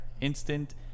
instant